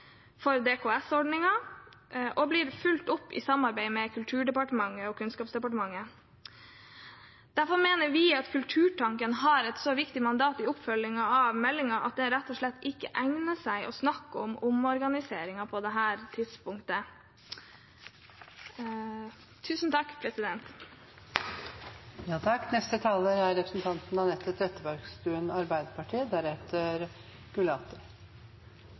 for DKS-ordningen og blir fulgt opp i samarbeid med Kulturdepartementet og Kunnskapsdepartementet. Vi mener at Kulturtanken har et så viktig mandat i oppfølgingen av meldingen at det rett og slett ikke egner seg å snakke om omorganisering på dette tidspunktet.